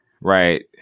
right